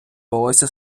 волосся